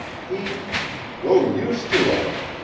he no use to us?